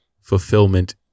fulfillment